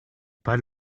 pas